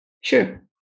Sure